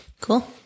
Cool